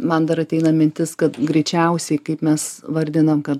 man dar ateina mintis kad greičiausiai kaip mes vardinam kad